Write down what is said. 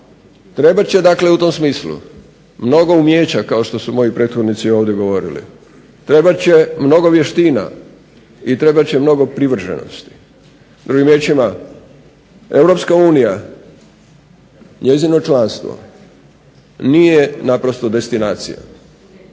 Trebat će dakle u tom smislu mnogo umijeća kao što su moji prethodnici ovdje govorili, trebat će mnogo vještina i trebat će mnogo privrženosti. Drugim riječima EU, njezino članstvo nije naprosto destinacija